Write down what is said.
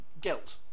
Guilt